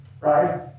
right